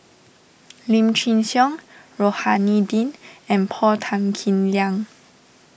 Lim Chin Siong Rohani Din and Paul Tan Kim Liang